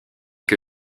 que